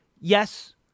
Yes